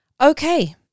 Okay